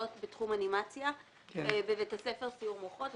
בתחום אנימציה בביתה ספר סיעור מוחות.